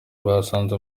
bahasanze